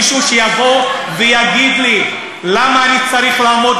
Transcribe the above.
מישהו שיבוא ויגיד לי למה אני צריך לעמוד